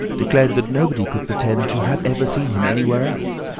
declared that nobody could pretend to have ever seen him anywhere else.